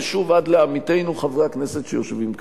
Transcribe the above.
ושוב עד לעמיתינו חברי הכנסת שיושבים כאן.